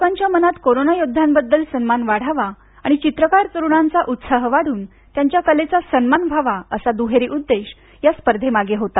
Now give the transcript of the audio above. लोकांच्या मनात कोरोना योद्ध्यांबद्दल सन्मान वाढावा आणि चित्रकार तरुणांचा उत्साह वाढून त्यांच्या कलेचा सन्मान व्हावा असा दुहेरी उद्देश स्पर्धेमागे होता